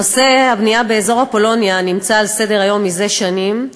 נושא הבנייה באזור אפולוניה נמצא על סדר-היום זה שנים,